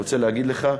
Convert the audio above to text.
אני רוצה להגיד לך,